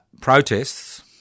protests